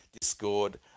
Discord